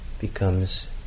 becomes